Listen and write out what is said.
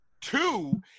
two